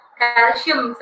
calcium